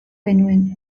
genuen